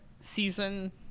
season